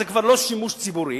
זה כבר לא שימוש ציבורי,